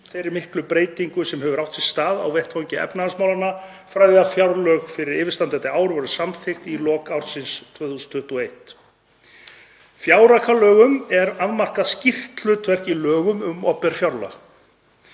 þeirri miklu breytingu sem hefur átt sér stað á vettvangi efnahagsmálanna frá því að fjárlög fyrir yfirstandandi ár voru samþykkt í lok árs 2021. Fjáraukalögum er afmarkað skýrt hlutverk í lögum um opinber fjármál.